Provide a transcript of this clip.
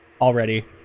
Already